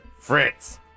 Fritz